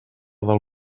del